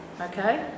Okay